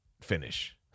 finish